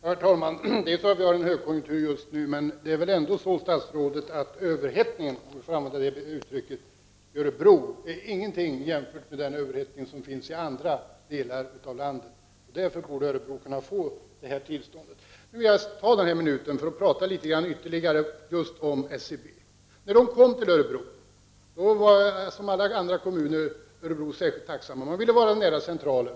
Herr talman! Jag vet att vi har en högkonjunktur just nu. Men det är väl ändå så, statsrådet. att överhettningen i Örebro län är ingenting jämförd med den överhettning som finns i andra delar av landet. Därför borde Örebro kunna få det här tillståndet. Nu vill jag ta den här minuten för att tala litet grand ytterligare om just SCB. När de kom till Örebro, var man där som i alla andra kommuner särskilt tacksam. Man ville vara nära centralen.